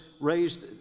raised